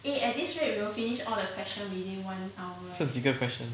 剩几个 question